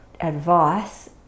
advice